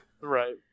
right